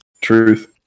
Truth